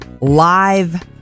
live